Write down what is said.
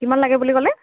কিমান লাগে বুলি ক'লে